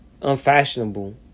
unfashionable